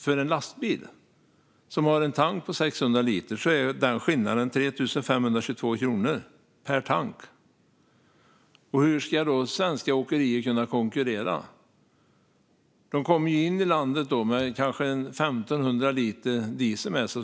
För en lastbil som har en tank på 600 liter blir skillnaden 3 522 kronor per tank. Hur ska svenska åkerier kunna konkurrera? Det kommer in lastbilar i landet och har kanske 1 500 liter diesel med sig.